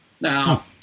Now